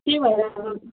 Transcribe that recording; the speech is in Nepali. त्यो भएर अब